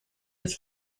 with